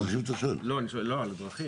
גם דרכים